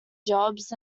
jobs